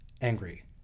angry